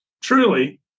Truly